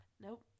Nope